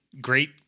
Great